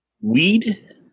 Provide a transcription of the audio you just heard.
Weed